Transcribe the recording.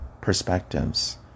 perspectives